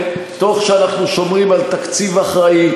תוך שאנחנו שומרים על תקציב אחראי,